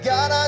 God